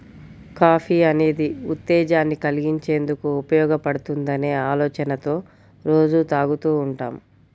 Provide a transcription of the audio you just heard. coffee అనేది ఉత్తేజాన్ని కల్గించేందుకు ఉపయోగపడుతుందనే ఆలోచనతో రోజూ తాగుతూ ఉంటాం